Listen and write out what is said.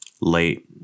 late